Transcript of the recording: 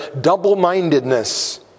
double-mindedness